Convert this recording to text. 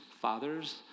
fathers